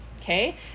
okay